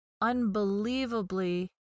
unbelievably